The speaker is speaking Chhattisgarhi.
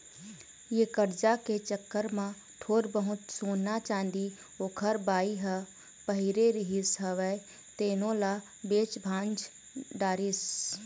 ये करजा के चक्कर म थोर बहुत सोना, चाँदी ओखर बाई ह पहिरे रिहिस हवय तेनो ल बेच भांज डरिस